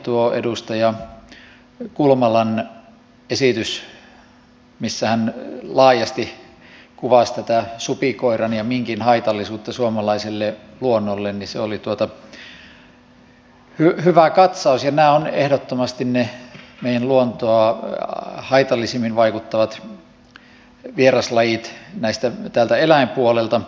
tuo edustaja kulmalan esitys missä hän laajasti kuvasi tätä supikoiran ja minkin haitallisuutta suomalaiselle luonnolle oli hyvä katsaus ja nämä ovat ehdottomasti ne meidän luontoon haitallisimmin vaikuttavat vieraslajit täältä eläinpuolelta